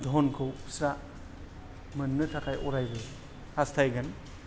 धनखौ बिस्रा मोननो थाखाय अरायबो हास्थायगोन